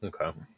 Okay